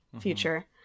future